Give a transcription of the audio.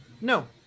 No